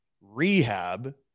rehab